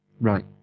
Right